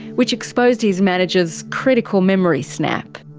which exposed his manager's critical memory snap.